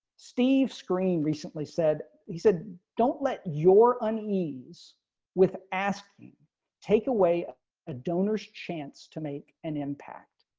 steve screen recently said. he said, don't let your unease with asking take away ah ah donor's chance to make an impact.